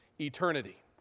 eternity